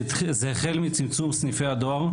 זה החל מצמצום סניפי הדואר.